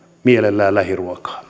mielellään lähiruokaa